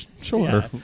sure